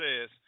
says